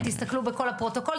אם תסתכלו בכל הפרוטוקול,